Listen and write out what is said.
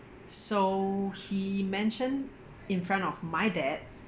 so he mentioned in front of my dad